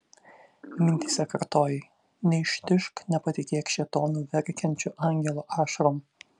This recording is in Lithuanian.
mintyse kartojai neištižk nepatikėk šėtonu verkiančiu angelo ašarom